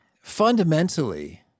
Fundamentally